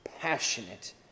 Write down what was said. passionate